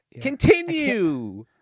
Continue